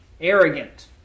arrogant